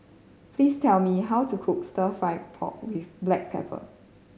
please tell me how to cook Stir Fry pork with black pepper